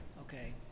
okay